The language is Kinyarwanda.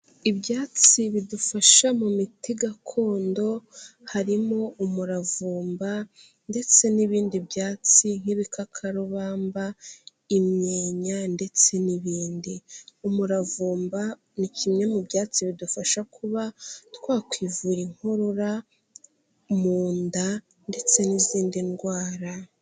Ibyatsi bidufasha mu miti gakondo harimo umuravumba ndetse n'ibindi byatsi nk'ibikakarubamba, imyeya ndetse n'ibindi, umuravumba ni kimwe mu byatsi bidufasha kuba twakwivura inkorora, mu nda ndetse n'izindi ndwara.